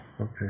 Okay